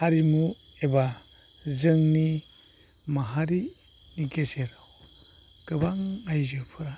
हारिमु एबा जोंनि माहारिनि गेजेराव गोबां आइजोफोरा